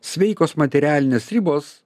sveikos materialinės ribos